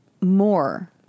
more